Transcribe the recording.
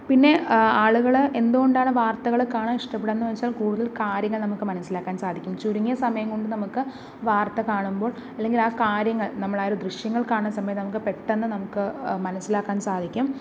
പിന്നെ ആളുകള് എന്തുകൊണ്ടാണ് വാർത്തകള് കാണാൻ ഇഷ്ടപ്പെടുന്നതെന്ന് വെച്ചാൽ കൂടുതൽ കാര്യങ്ങൾ നമുക്ക് മനസ്സിലാക്കാൻ സാധിക്കും ചുരുങ്ങിയ സമയം കൊണ്ട് നമുക്ക് വാർത്ത കാണുമ്പോൾ അല്ലെങ്കിൽ ആ കാര്യങ്ങൾ നമ്മളാ ഒരു ദൃശ്യങ്ങൾ കാണുന്ന സമയത്ത് നമുക്ക് പെട്ടെന്ന് നമുക്ക് മനസ്സിലാക്കാൻ സാധിക്കും